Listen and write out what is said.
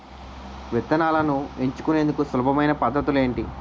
విత్తనాలను ఎంచుకునేందుకు సులభమైన పద్ధతులు ఏంటి?